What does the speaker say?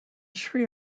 sri